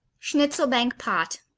schnitzelbank pot